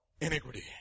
iniquity